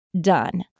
done